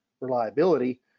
reliability